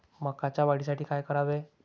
मकाच्या वाढीसाठी काय करावे?